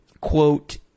quote